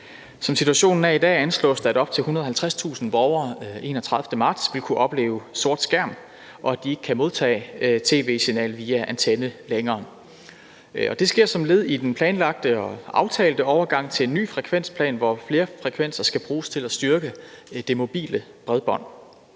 Som situationen er i dag, anslås det, at op til 150.000 borgere den 31. marts vil kunne opleve sort skærm, og at de ikke længere kan modtage tv-signal via antenne. Og det sker som led i den planlagte og aftalte overgang til en ny frekvensplan, hvor flere frekvenser skal bruges til at styrke det mobile bredbånd.